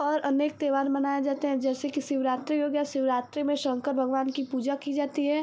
और अनेक त्योहार मनाए जाते हैं जैसे कि शिवरात्रि हो गया शिवरात्रि में शंकर भगवान की पूजा की जाती है